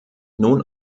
nun